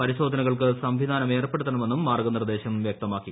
പരിശോധനകൾക്ക് സംവിധാനം ഏർപ്പെടുത്തണമെന്നും മാർഗനിർദ്ദേശം വൃക്തമാക്കി